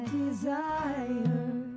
desire